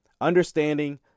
understanding